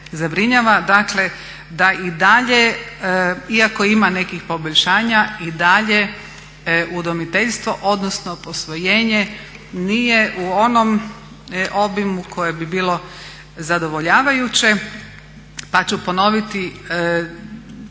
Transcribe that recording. dakle da i dalje, iako ima nekih poboljšanja i dalje udomiteljstvo, odnosno posvojenje nije u onom obimu koje bi bilo zadovoljavajuće. Pa ću ponoviti,